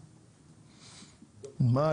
מה,